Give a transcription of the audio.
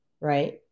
Right